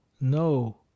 NO